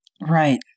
right